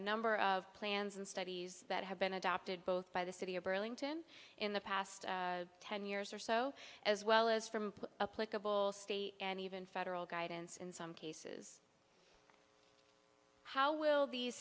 number of plans and studies that have been adopted both by the city of burlington in the past ten years or so as well as from a political state and even federal guidance in some cases how will these